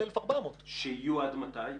שיהיו עד מתי?